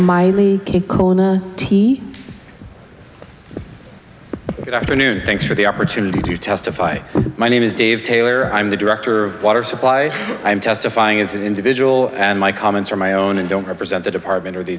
the afternoon thanks for the opportunity to testify my name is dave taylor i'm the director of water supply i'm testifying as an individual and my comments are my own and don't represent the department or the